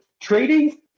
trading